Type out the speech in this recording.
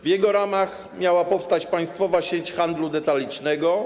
W jego ramach miała powstać państwowa sieć handlu detalicznego.